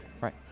Right